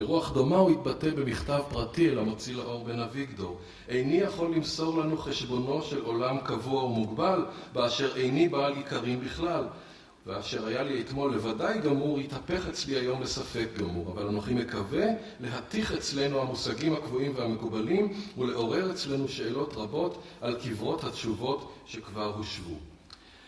ברוח דומה הוא התבטא במכתב פרטי אל המוציא לאור בן אביגדור. איני יכול למסור לנו חשבונו של עולם קבוע או מוגבל, באשר איני בעל עיקרים בכלל. ואשר היה לי אתמול לוודאי גמור, התהפך אצלי היום לספק גמור. אבל אנוכי מקווה להתיך אצלנו המושגים הקבועים והמקובלים ולעורר אצלנו שאלות רבות על כברות התשובות שכבר הושבו.